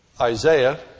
Isaiah